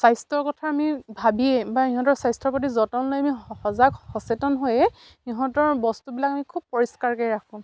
স্বাস্থ্যৰ কথা আমি ভাবিয়েই বা সিহঁতৰ স্বাস্থ্যৰ প্ৰতি যতন লৈ আমি সজাগ সচেতন হৈয়ে সিহঁতৰ বস্তুবিলাক আমি খুব পৰিষ্কাৰকে ৰাখোঁ